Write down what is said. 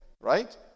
right